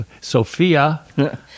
Sophia